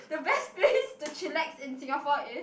the best place to chillax in Singapore is